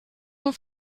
nur